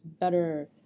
better